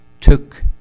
took